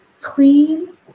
clean